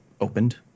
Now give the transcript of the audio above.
opened